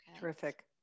Terrific